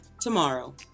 tomorrow